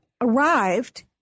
arrived